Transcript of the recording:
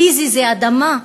פיזי זה אדמה,